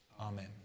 Amen